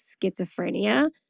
schizophrenia